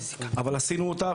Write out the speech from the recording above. אבל עשינו אותה,